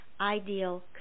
ideal